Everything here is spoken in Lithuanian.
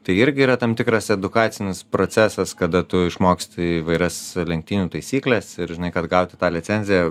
tai irgi yra tam tikras edukacinis procesas kada tu išmoksti įvairias lenktynių taisykles ir žinai kad gauti tą licenziją